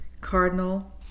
Cardinal